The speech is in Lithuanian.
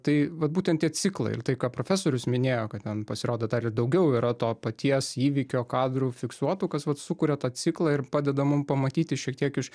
tai vat būtent tie ciklai ir tai ką profesorius minėjo kad ten pasirodo dar ir daugiau yra to paties įvykio kadrų fiksuotų kas sukuria tą ciklą ir padeda mum pamatyti šiek tiek iš